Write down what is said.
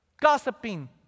gossiping